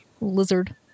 lizard